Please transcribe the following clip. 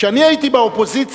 כשאני הייתי באופוזיציה,